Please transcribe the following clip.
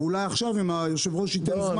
או אולי עכשיו אם היושב-ראש ייתן זמן,